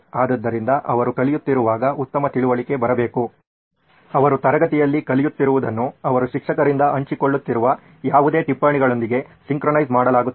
ಆದ್ದರಿಂದ ಅವರು ಕಲಿಯುತ್ತಿರುವಾಗ ಉತ್ತಮ ತಿಳುವಳಿಕೆ ಬರಬೇಕು ಅವರು ತರಗತಿಯಲ್ಲಿ ಕಲಿಯುತ್ತಿರುವುದನ್ನು ಅವರು ಶಿಕ್ಷಕರಿಂದ ಹಂಚಿಕೊಳ್ಳುತ್ತಿರುವ ಯಾವುದೇ ಟಿಪ್ಪಣಿಗಳೊಂದಿಗೆ ಸಿಂಕ್ರೊನೈಸ್ ಮಾಡಲಾಗುತ್ತದೆ